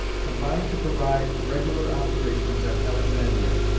combined to provide regular observations at alexandria,